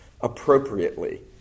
appropriately